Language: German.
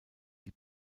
die